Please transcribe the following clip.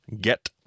get